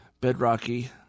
bedrocky